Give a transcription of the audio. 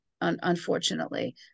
unfortunately